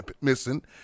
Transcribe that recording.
missing